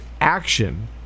Action